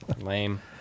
Lame